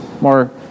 More